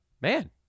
Man